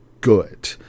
good